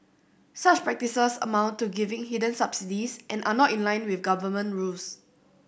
such practices amount to giving hidden subsidies and are not in line with government rules